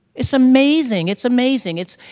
it's amazing. it's amazing. it's.